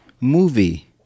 movie